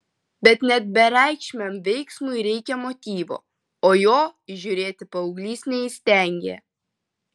bet net bereikšmiam veiksmui reikia motyvo o jo įžiūrėti paauglys neįstengė